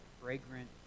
fragrant